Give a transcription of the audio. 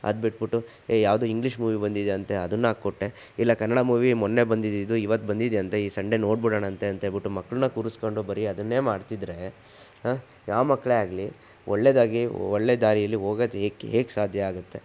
ಅದ್ಬಿಟ್ಬಿಟ್ಟು ಏ ಯಾವುದೋ English movie ಬಂದಿದ್ಯಂತೆ ಅದನ್ನು ಹಾಕ್ಕೊಟ್ಟೆ ಇಲ್ಲ ಕನ್ನಡ ಮೂವಿ ಮೊನ್ನೆ ಬಂದಿದ್ದಿದು ಇವತ್ತು ಬಂದಿದ್ಯಂತೆ ಈ ಸಂಡೆ ನೋಡ್ಬಿಡೋಣಂತೆ ಅಂತ ಹೇಳ್ಬಿಟ್ಟು ಮಕ್ಕಳನ್ನ ಕೂರಿಸ್ಕೊಂಡು ಬರೀ ಅದನ್ನೇ ಮಾಡ್ತಿದ್ರೆ ಯಾವ ಮಕ್ಕಳೇ ಆಗಲಿ ಒಳ್ಳೆಯದಾಗಿ ಒಳ್ಳೆಯ ದಾರಿಲಿ ಹೋಗೋದು ಏಕೆ ಹೇಗೆ ಸಾಧ್ಯ ಆಗತ್ತೆ